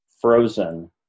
frozen